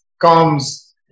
comes